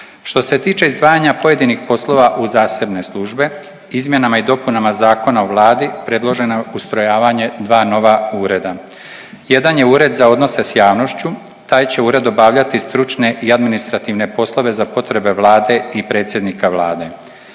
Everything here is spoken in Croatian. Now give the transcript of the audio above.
Što se tiče izdvajanja pojedinih poslova u zasebne službe izmjenama i dopunama Zakona o vladi predloženo je ustrojavanje dva nova ureda. Jedan je Ured za odnose s javnošću, taj će ured obavljati stručne i administrativne poslove za potrebe Vlade i predsjednika Vlade.